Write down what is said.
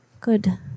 Good